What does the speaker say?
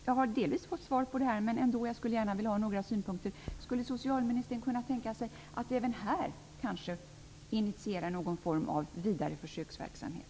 Jag har delvis fått svar här, men jag skulle gärna vilja ha ytterligare några synpunkter. Skulle socialministern kunna tänka sig att även här initiera någon form av vidare försöksverksamhet?